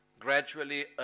Gradually